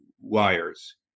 wires